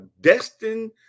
destined